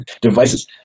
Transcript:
devices